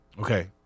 Okay